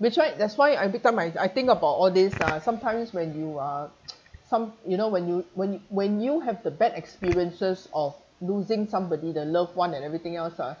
beside that's why I become I I think about all these ah sometimes when you uh some you know when you when when you have the bad experiences of losing somebody the loved one and everything else ah